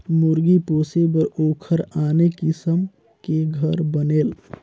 मुरगी पोसे बर ओखर आने किसम के घर बनेल